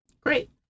Great